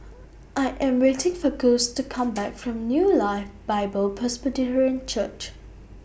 I Am waiting For Gus to Come Back from New Life Bible Presbyterian Church